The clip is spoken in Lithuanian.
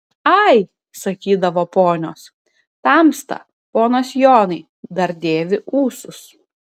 ai sakydavo ponios tamsta ponas jonai dar dėvi ūsus